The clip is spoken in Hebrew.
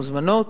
מוזמנות,